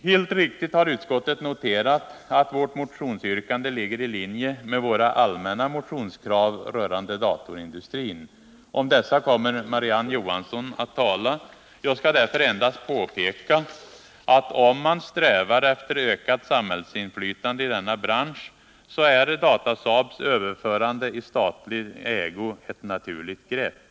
Helt riktigt har utskottet noterat att vårt motionsyrkande ligger i linje med våra allmänna motionskrav rörande datorindustrin. Om dessa kommer Marie-Ann Johansson att tala. Jag skall därför endast påpeka, att om man strävar efter ökat samhällsinflytande i denna bransch så är Datasaabs överförande i statlig ägo ett naturligt grepp.